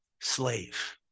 slave